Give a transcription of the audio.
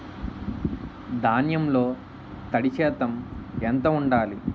ధాన్యంలో తడి శాతం ఎంత ఉండాలి?